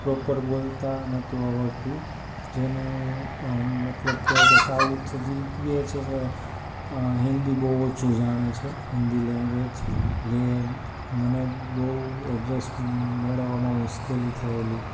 proper બોલતા નહોતું આવડતું જેનું મતલબ કહેવાય કે સાઉથ જે કહે છે કે હિન્દી બહુ ઓછું જાણે છે હિન્દી લેંગ્વેજ જે મને બહુ એડ્રેસ મેળવવામાં મુશ્કેલી થયેલી